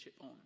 on